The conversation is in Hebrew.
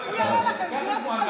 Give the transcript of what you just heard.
אני אראה לכם,